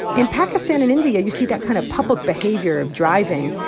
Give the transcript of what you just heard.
in pakistan and india, you see that kind of public behavior of driving.